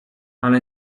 ale